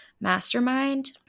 Mastermind